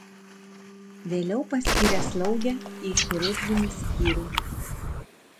vėliau paskyrė slauge į chirurginį skyrių